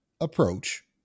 approach